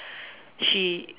she